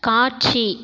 காட்சி